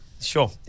Sure